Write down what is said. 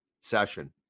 session